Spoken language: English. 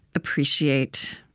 appreciate,